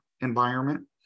environment